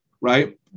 right